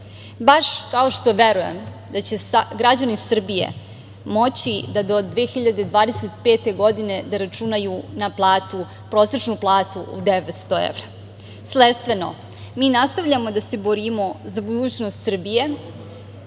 baš kao što verujem da će građani Srbije moći da do 2025. godine da računaju na platu, prosečnu platu 900 evra. Mi nastavljamo da se borimo za budućnost Srbije